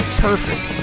perfect